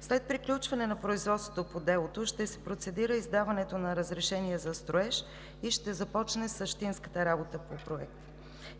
След приключване на производството по делото ще се процедира издаването на разрешение за строеж и ще започне същинската работа по Проекта.